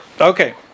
Okay